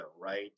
right